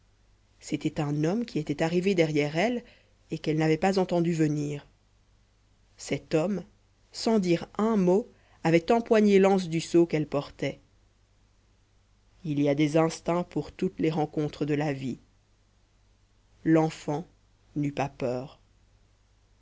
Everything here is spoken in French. c'était un homme qui était arrivé derrière elle et qu'elle n'avait pas entendu venir cet homme sans dire un mot avait empoigné l'anse du seau qu'elle portait il y a des instincts pour toutes les rencontres de la vie l'enfant n'eut pas peur